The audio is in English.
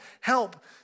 help